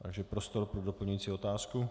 Takže prostor pro doplňující otázku.